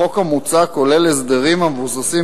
החוק המוצע כולל הסדרים המבוססים,